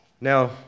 Now